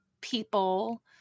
people